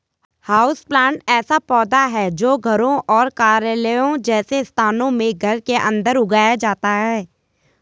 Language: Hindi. हाउसप्लांट ऐसा पौधा है जो घरों और कार्यालयों जैसे स्थानों में घर के अंदर उगाया जाता है